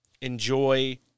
enjoy